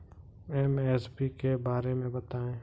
MSP के बारे में बतायें?